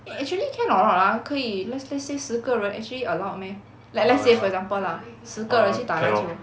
eh actually can or not ah 可以 let's let's say 十个人 actually allowed meh like let's say for example lah 十个人去打篮球